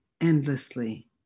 endlessly